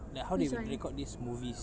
like how they record these movies